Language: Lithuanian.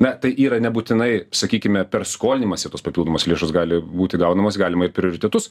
ne tai yra nebūtinai sakykime per skolinimąsi tos papildomos lėšos gali būti gaunamos galima ir prioritetus